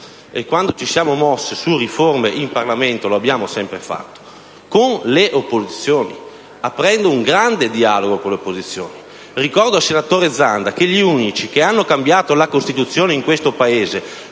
E quando ci siamo mossi sulle riforme in Parlamento, lo abbiamo sempre fatto con le opposizioni, aprendo un grande dialogo con le opposizioni. Ricordo al senatore Zanda che gli unici che hanno cambiato la Costituzione in questo Paese